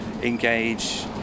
engage